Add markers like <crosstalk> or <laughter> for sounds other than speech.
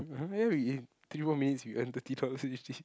<noise> anyway we three more minutes we earn thirty dollars already